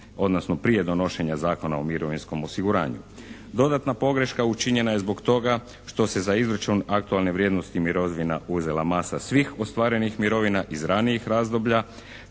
odnosno prije donošenja Zakona o mirovinskom osiguranju. Dodatna pogreška učinjena je zbog toga što se za izračun aktualne vrijednosti mirovina uzela masa svih ostvarenih mirovina iz ranijih razdoblja,